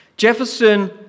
Jefferson